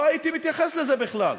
לא הייתי מתייחס לזה בכלל.